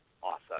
awesome